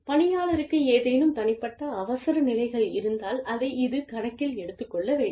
பணியாளருக்கு ஏதேனும் தனிப்பட்ட அவசரநிலைகள் இருந்தால் அதை இது கணக்கில் எடுத்துக்கொள்ள வேண்டும்